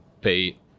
pay